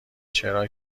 چرا